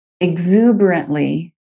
exuberantly